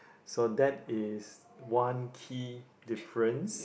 so that is one key difference